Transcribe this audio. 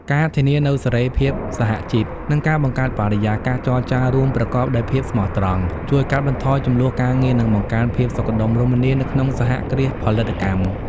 ការធានានូវសេរីភាពសហជីព និងការបង្កើតបរិយាកាសចរចារួមប្រកបដោយភាពស្មោះត្រង់ ជួយកាត់បន្ថយជម្លោះការងារ និងបង្កើនភាពសុខដុមរមនានៅក្នុងសហគ្រាសផលិតកម្ម។